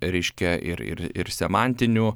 reiškia ir ir ir semantinių